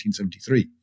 1973